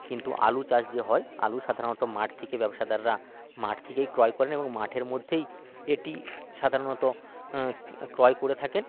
কিন্তু আলু চাষ যে হয় আলু সাধারণত মাঠ থেকে ব্যবসাদাররা মাঠ থেকেই ক্রয় করেন এবং মাঠের মধ্যেই এটি সাধারণত ক্রয় করে থাকেন